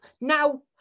Now